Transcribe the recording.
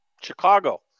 Chicago